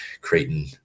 Creighton